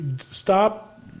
Stop